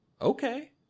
Okay